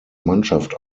mannschaft